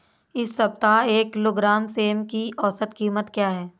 इस सप्ताह एक किलोग्राम सेम की औसत कीमत क्या है?